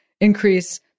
increase